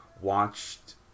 watched